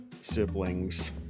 siblings